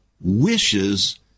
wishes